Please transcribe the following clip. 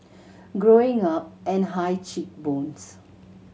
growing up and high cheek bones